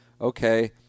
Okay